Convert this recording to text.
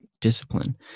discipline